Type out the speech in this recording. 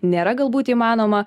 nėra galbūt įmanoma